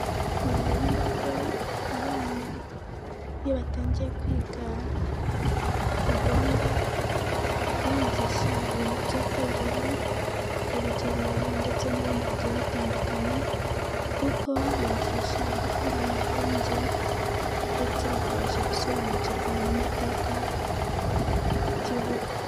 Ni ngombwa ko, abana, iyo batangiye kwiga, ugomba, kubigisha ibintu by'itorero, urugerero ndetse n'ibindi bigiye bitandukanye, kuko bibafasha gukora mu bwenge, ndetse bakabasha gusobanukirwa n'amateka, y'igihugu.